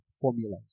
formulas